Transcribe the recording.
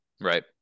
right